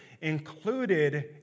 included